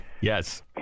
Yes